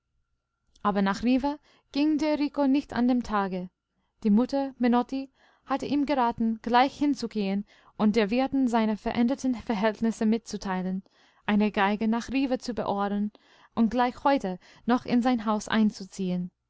aber nach riva ging der rico nicht an dem tage die mutter menotti hatte ihm geraten gleich hinzugehen und der wirtin seine veränderten verhältnisse mitzuteilen einen geiger nach riva zu beordern und gleich heute noch in sein haus einzuziehen